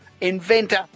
inventor